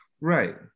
Right